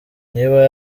niba